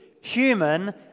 human